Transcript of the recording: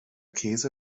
käse